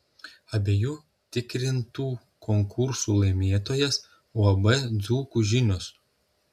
abiejų tikrintų konkursų laimėtojas uab dzūkų žinios